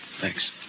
Thanks